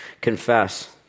confess